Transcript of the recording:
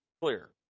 clear